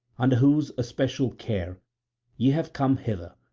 under whose especial care ye have come hither,